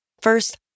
First